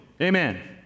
amen